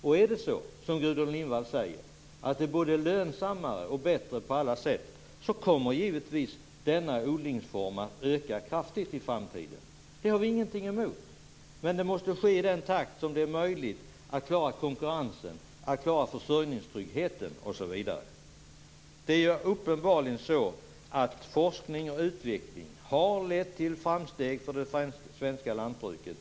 Om det är så som Gudrun Lindvall säger, att det ekologiska jordbruket är både lönsammare och bättre på alla sätt, kommer givetvis denna odlingsform att öka kraftigt i framtiden. Det har vi ingenting emot. Men det måste ske i den takt som det är möjligt att klara konkurrensen, försörjningstryggheten osv. Det är uppenbarligen så att forskning och utveckling har lett till framsteg för det svenska lantbruket.